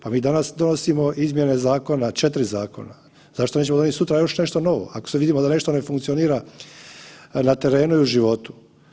Pa mi danas donosimo izmjene zakona, 4 zakona, zašto nećemo donijet sutra nešto novo ako vidimo da nešto ne funkcionira na terenu i u životu.